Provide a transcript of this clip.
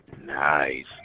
Nice